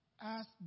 ask